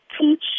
teach